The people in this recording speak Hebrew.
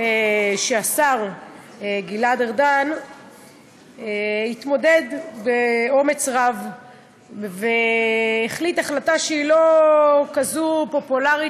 שהשר גלעד ארדן התמודד באומץ רב והחליט החלטה שהיא לא כזאת פופולרית,